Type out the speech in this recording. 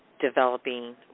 developing